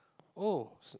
oh s~